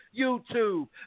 YouTube